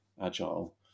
agile